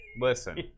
listen